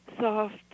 soft